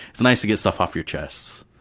it's nice to get stuff off your chest.